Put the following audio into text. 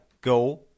Go